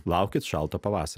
laukit šalto pavasario